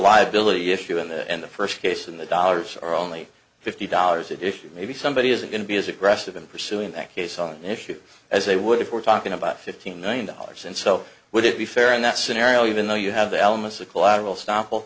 liability issue in the end the first case in the dollars are only fifty dollars if you maybe somebody is going to be as aggressive in pursuing that case on an issue as they would if we're talking about fifteen million dollars and so would it be fair in that scenario even though you have the elements of collateral s